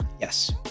Yes